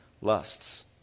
lusts